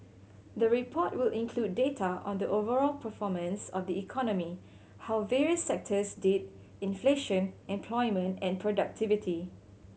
the report will include data on the overall performance of the economy how various sectors did inflation employment and productivity